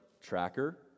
tracker